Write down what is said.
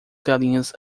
galinhas